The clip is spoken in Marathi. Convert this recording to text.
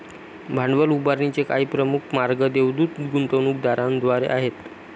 भांडवल उभारणीचे काही प्रमुख मार्ग देवदूत गुंतवणूकदारांद्वारे आहेत